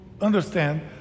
understand